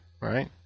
right